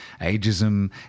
ageism